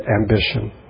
ambition